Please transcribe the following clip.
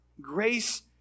Grace